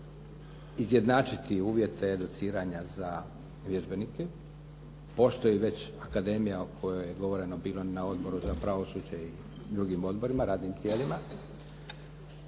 izjednačiti uvjete educiranja za vježbenike. Postoji već akademija o kojoj je govoreno bilo na Odboru za pravosuđe i drugim odborima, radnim tijelima.